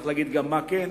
צריך להגיד גם מה כן.